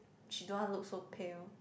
she don't want to look so pale